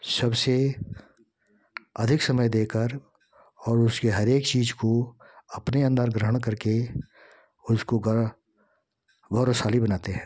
सबसे अधिक समय देकर और उसके हरेक चीज़ को अपने अंदर ग्रहण करके उसको गौरवशाली बनाते हैं